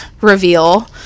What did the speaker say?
reveal